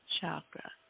chakra